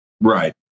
Right